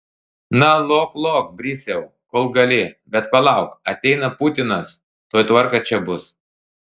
na lok lok brisiau kol gali bet palauk ateina putinas tuoj tvarka čia bus